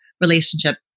relationship